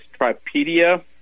Tripedia